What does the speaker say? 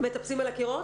מטפסים על הקירות?